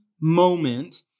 moment